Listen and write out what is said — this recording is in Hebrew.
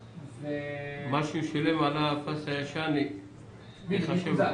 מה שהוא שילם על הפס הישן ייחשב לו.